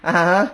ah